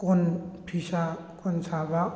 ꯀꯣꯟ ꯐꯤꯁꯥ ꯀꯣꯟ ꯁꯥꯕ